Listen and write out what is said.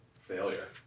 failure